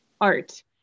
art